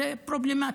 זה פרובלמטי,